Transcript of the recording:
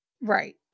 right